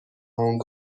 هنگ